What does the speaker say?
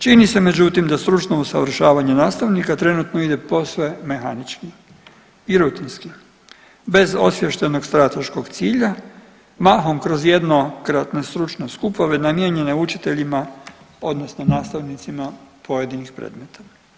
Čini se međutim da stručno usavršavanje nastavnika trenutno ide posve mehanički i rutinski bez osviještenog strateškog cilja mahom kroz jednokratne stručne skupove namijenjene učiteljima odnosno nastavnicima pojedinih predmeta.